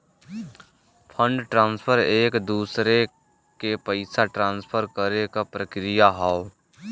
fund transfer एक दूसरे के पइसा ट्रांसफर करे क प्रक्रिया हौ